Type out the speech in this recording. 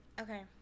okay